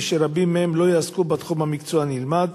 ורבים מהם לא יעסקו בתחום המקצוע הנלמד,